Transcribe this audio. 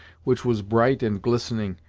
which was bright and glittering,